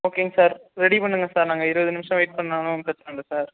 ஓகேங்க sir ready பண்ணுங்கள் sir நாங்கள் இருபது நிமிஷம் வெயிட் பண்ணாலும் பிரச்சனை இல்லை சார்